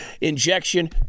injection